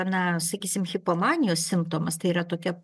na sakysim hipomanijos simptomas tai yra tokia